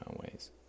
ways